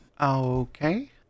Okay